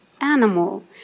animal